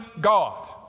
God